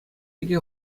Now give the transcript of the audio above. икӗ